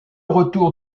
retour